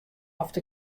oft